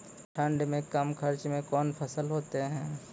ठंड मे कम खर्च मे कौन फसल होते हैं?